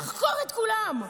תחקור את כולם.